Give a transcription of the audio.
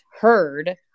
heard